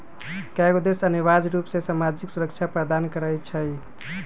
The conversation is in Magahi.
कयगो देश अनिवार्ज रूप से सामाजिक सुरक्षा प्रदान करई छै